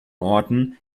orten